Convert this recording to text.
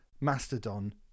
Mastodon